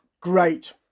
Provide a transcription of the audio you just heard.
Great